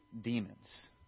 demons